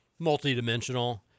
multidimensional